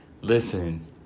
Listen